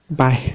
Bye